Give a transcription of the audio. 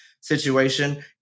situation